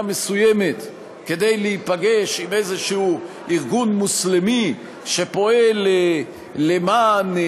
מסוימת כדי להיפגש עם איזה ארגון מוסלמי שפועל למען,